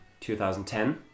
2010